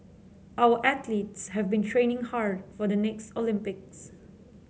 our athletes have been training hard for the next Olympics